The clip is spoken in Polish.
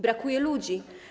Brakuje ludzi.